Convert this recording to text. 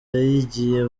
yayigiye